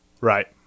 Right